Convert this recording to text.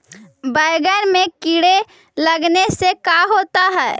बैंगन में कीड़े लगने से का होता है?